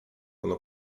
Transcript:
ono